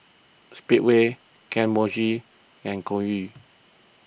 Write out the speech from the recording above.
Speedway Kane Mochi and Hoyu